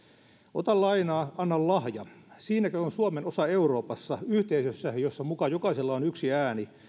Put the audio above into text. ota lainaa anna lahja siinäkö on suomen osa euroopassa yhteisössä jossa muka jokaisella on yksi ääni